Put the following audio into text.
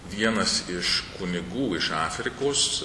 vienas iš kunigų iš afrikos